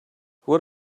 what